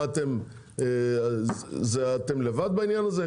מה, אתם לבד בעניין הזה?